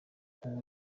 ubu